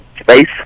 space